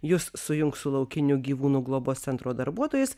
jus sujungs su laukinių gyvūnų globos centro darbuotojais